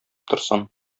торсын